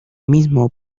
mismo